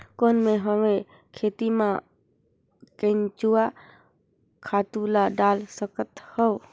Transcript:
कौन मैं हवे खेती मा केचुआ खातु ला डाल सकत हवो?